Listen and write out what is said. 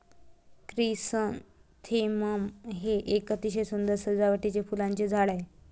chrysanthemum हे एक अतिशय सुंदर सजावटीचे फुलांचे झाड आहे